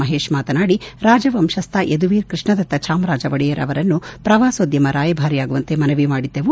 ಮಹೇಶ್ ಮಾತನಾಡಿ ರಾಜವಂಶ್ನ ಯದುವೀರ್ ಕೃಷ್ಣದತ್ತ ಚಾಮರಾಜ ಒಡೆಯರ್ ಅವರನ್ನು ಪ್ರವಾಸೋದ್ಯಮ ರಾಯಭಾರಿಯಾಗುವಂತೆ ಮನವಿ ಮಾಡಿದ್ದೆವು